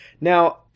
Now